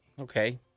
Okay